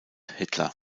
hitler